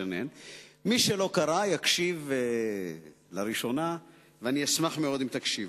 מי שלא קרא, יקשיב לראשונה, ואשמח מאוד אם תקשיבו.